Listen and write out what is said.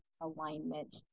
alignment